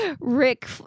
Rick